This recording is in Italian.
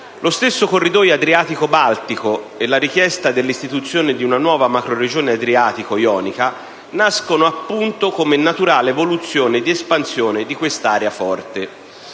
Lo stesso corridoio adriatico-baltico e la richiesta dell'istituzione di una nuova macroregione adriatico-ionica nascono, appunto, come naturale evoluzione di espansione di quest'area forte.